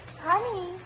Honey